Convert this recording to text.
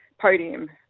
podium